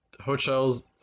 hotels